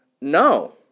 no